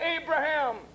Abraham